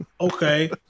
okay